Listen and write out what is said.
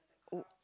oh